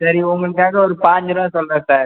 சரி உங்கள் பேரில் ஒரு பதினைஞ்சு ரூபா சொல்லுகிறேன் சார்